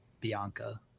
Bianca